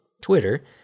Twitter